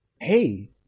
Hey